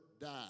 die